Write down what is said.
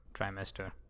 trimester